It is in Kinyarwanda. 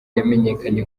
yamenyekanye